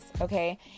okay